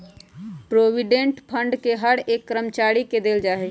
provident fund के हर एक कर्मचारी के देल जा हई